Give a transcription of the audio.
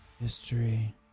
history